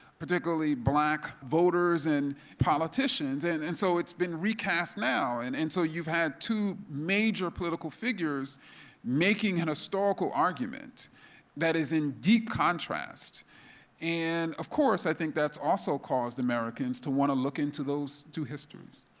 particularly black voters and politicians. and and so, it's been recast now, and and so you've had two major political figures making an historical argument that is in deep contrast and, of course, i think that's also caused americans to want to look into those two histories.